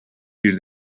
bir